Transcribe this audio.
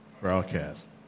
broadcast